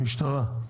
בבקשה,